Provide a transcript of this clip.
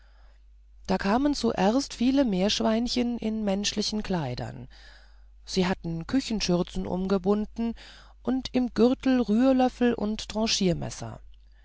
da kamen zuerst viele meerschweinchen in menschlichen kleidern sie hatten küchenschürzen umgebunden und im gürtel rührlöffel und